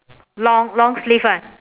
long long sleeve one